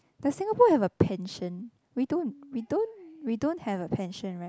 does Singapore have a pension we don't we don't we don't have a pension [right]